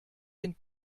den